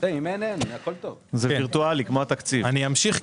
מצד אחד הנשים החרדיות ב-20 השנים האחרונות